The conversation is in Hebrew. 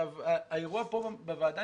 האירוע פה בוועדה,